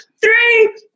three